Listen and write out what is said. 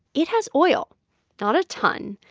it has oil not a ton.